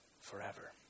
forever